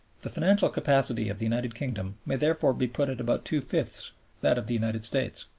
the financial capacity of the united kingdom may therefore be put at about two-fifths that of the united states.